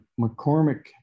McCormick